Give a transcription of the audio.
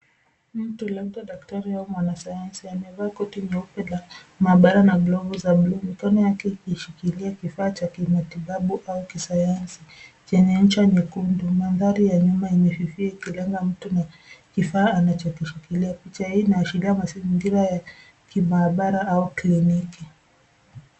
Mtu labda daktari au mwanasayanzi, amevaa nyeupe la maabara na glovu za bluu, mkono yake kimeshikilia kifaa cha kimatibabu au kisayansi, chenye ncha nyekundu. Maandari ya nyuma imefifi ikilenga mtu kifaa anachoshikilia. Picha hii inaasheria mazingira ya kimaabara au kliniki.